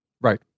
right